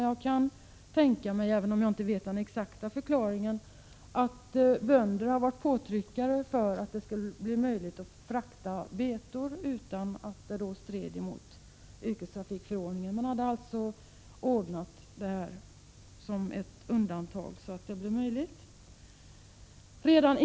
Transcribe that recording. Jag kan, även om jag inte känner till den exakta förklaringen, tänka mig att bönder tryckt på för att göra det möjligt att frakta betor utan att detta skulle strida mot yrkestrafikförordningen. Det har också beviljats ett undantag som möjliggjort detta.